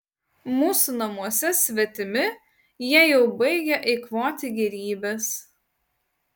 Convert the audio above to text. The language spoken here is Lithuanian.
mūsų namuose svetimi jie jau baigia eikvoti gėrybes